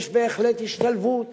יש בהחלט השתלבות